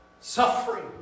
suffering